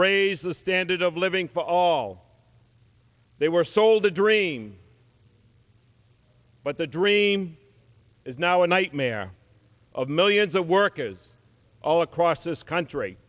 raise the standard of living for all they were sold a dream but the dream is now a nightmare of millions of workers all across this country